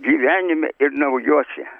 gyvenime ir naujuose